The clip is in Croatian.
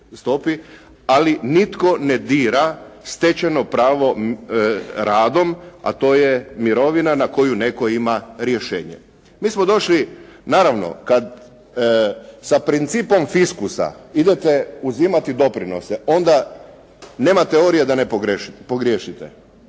ali nitko ne dira stečajno pravo radom a to je mirovina na koju netko ima rješenje. Mi smo došli, naravno kad sa principom fiskusa idete uzimati doprinose onda nema teorije da pogriješite.